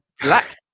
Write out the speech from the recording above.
Black